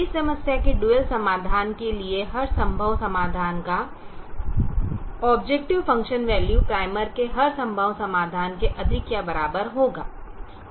इस समस्या के डुअल समाधान के लिए हर संभव समाधान का ऑबजेकटिव फंक्शन वैल्यू प्राइमल के हर संभव समाधान के अधिक या बराबर होगा